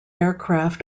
aircraft